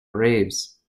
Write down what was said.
graves